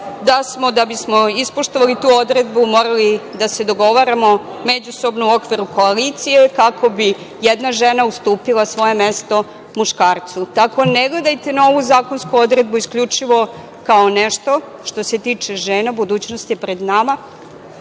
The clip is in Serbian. da bismo ispoštovali tu odredbu morali da se dogovaramo međusobno u okviru koalicije kako bi jedna žena ustupila svoje mestu muškarcu. Tako, ne gledajte na ovu zakonsku odredbu isključivo kao nešto što se tiče žena, budućnost je pred nama.